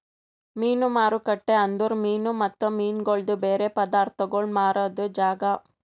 ಮೀನು ಮಾರುಕಟ್ಟೆ ಅಂದುರ್ ಮೀನು ಮತ್ತ ಮೀನಗೊಳ್ದು ಬೇರೆ ಪದಾರ್ಥಗೋಳ್ ಮಾರಾದ್ ಜಾಗ